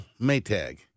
Maytag